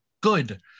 good